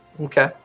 Okay